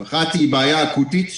האחת היא בעיה אקוטית,